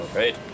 Great